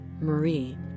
Marie